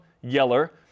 yeller